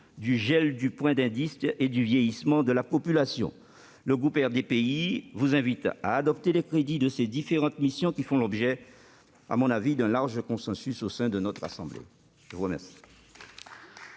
du gel du point d'indice et du vieillissement de la population. Le groupe RDPI vous invite à adopter les crédits de ces différentes missions, qui, à mon avis, font l'objet d'un large consensus au sein de notre assemblée. La parole